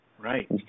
Right